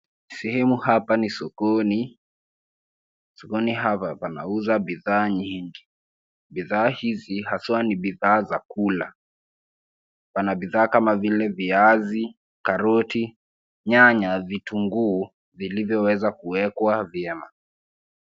Sehemu hapa ni sokoni. Sokoni hapa panauza bidhaa nyingi. Bidhaa hizi haswa ni bidhaa za kula. Pana bidhaa kama vile viazi, karoti, nyanya, vitunguu vilivyoweza kuwekwa vyema.